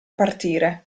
partire